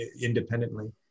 independently